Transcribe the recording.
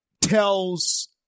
tells